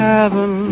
Heaven